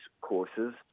courses